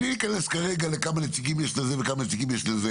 בלי להיכנס כרגע לכמה נציגים יש לזה וכמה לזה,